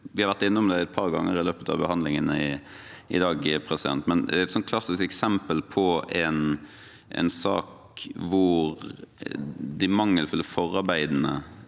Vi har vært innom det et par ganger i løpet av behandlingene i dag, men dette er et klassisk eksempel på en sak hvor de mangelfulle forarbeidene